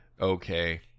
okay